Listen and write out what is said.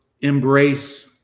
embrace